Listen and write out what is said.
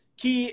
que